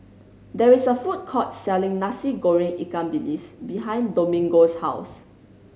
there is a food court selling Nasi Goreng ikan bilis behind Domingo's house